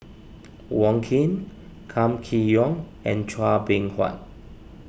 Wong Keen Kam Kee Yong and Chua Beng Huat